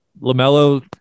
LaMelo